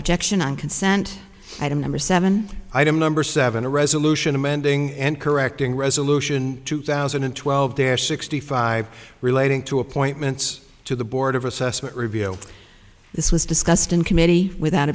objection on consent item number seven item number seven a resolution amending and correcting resolution two thousand and twelve there sixty five relating to appointments to the board of assessment review this was discussed in committee without